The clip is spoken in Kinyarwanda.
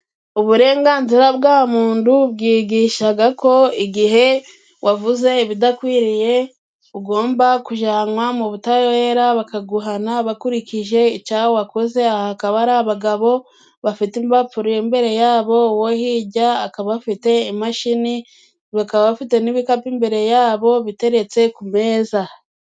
Uburenganzira bwa mundu bwigishagako igihe wavuze ibidakwiriye ugomba kujanwa mu butabera bakaguhana bakurikije icaha wakoze. Aha hakaba hari abagabo bafite imbapuro imbere yabo, uwo hijya akaba afite imashini, bakaba bafite n'ibikapu imbere yabo biteretse ku meza.